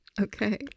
Okay